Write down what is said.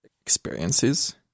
experiences